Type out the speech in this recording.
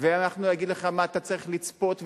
אנחנו נגיד לך במה אתה צריך לצפות,